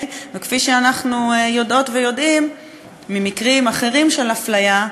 כפי שאנחנו יודעות ויודעים ממקרים אחרים של אפליה,